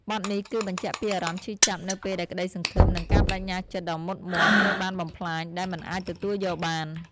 បទនេះគឺបញ្ជាក់ពីអារម្មណ៍ឈឺចាប់នៅពេលដែលក្តីសង្ឃឹម និងការប្តេជ្ញាចិត្តដ៏មុតមាំត្រូវបានបំផ្លាញ ដែលមិនអាចទទួលយកបាន។